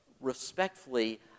respectfully